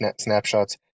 snapshots